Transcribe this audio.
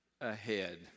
ahead